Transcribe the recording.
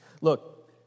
Look